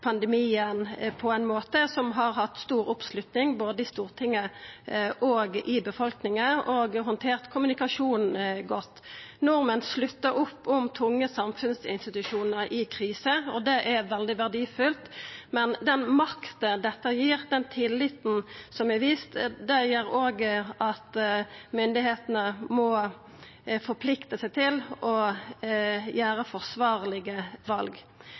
pandemien på ein måte som har hatt stor oppslutning både i Stortinget og i befolkninga, og dei har handtert kommunikasjonen godt. Nordmenn sluttar opp om tunge samfunnsinstitusjonar i krise, og det er veldig verdifullt, men den makta dette gir, den tilliten som er vist, gjer òg at myndigheitene må forplikta seg til å gjera forsvarlege val.